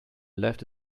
left